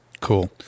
Cool